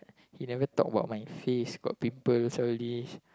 he never talk about my face got pimples all these